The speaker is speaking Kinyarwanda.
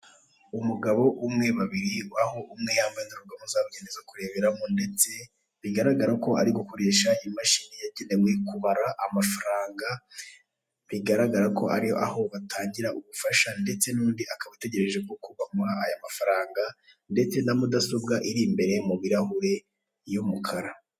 Umugabo umwe, babiri aho umwe yambaye indorerwamo zabugenewe zo kureberamo ndetse bigaragara ko ari gukoresha imashini yagenewe kubara amafaranga bigaragara ko ari aho batangira ubufasha ndetse n'undi akaba ategereje ko bamuha aya mafaranga ndetse na mudasobwa iri imbere mu birarahure y'umukara.